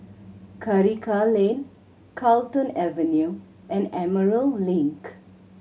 Karikal Lane Carlton Avenue and Emerald Link